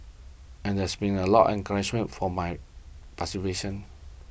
and there's been a lot encouragement for my participation